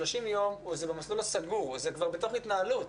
ה-30 יום זה במסלול הסגור וזה כבר בתוך התנהלות,